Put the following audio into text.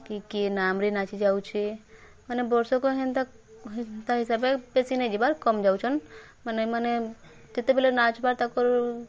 କି କିଏ ନାମ୍ରେ ନାଚି ଯାଉଛି ମାନେ ବର୍ଷକ ହେନ୍ତା ହେନ୍ତା ହିସାବେ ବେଶୀ ନେଇଁ ଯିବାର୍ କମ୍ ଯାଉଛନ୍ ମାନେ ମାନେ କେତେ ବେଲ୍ ନାଚ୍ବା ତାକର୍